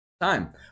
time